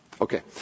okay